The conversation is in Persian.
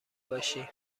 باشی